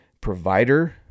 provider